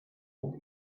haut